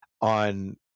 on